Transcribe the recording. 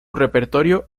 repertorio